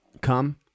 come